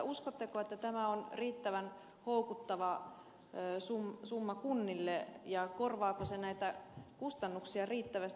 uskotteko että tämä on riittävän houkuttava summa kunnille ja korvaako se näitä kustannuksia riittävästi